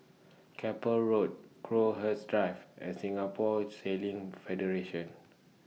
Keppel Road Crowhurst Drive and Singapore Sailing Federation